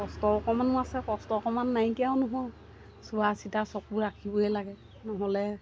কষ্ট অকণমানো আছে কষ্ট অকণমান নাইকিয়াও নহয় চোৱা চিতা চকু ৰাখিবই লাগে নহ'লে